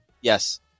Yes